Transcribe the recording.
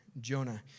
Jonah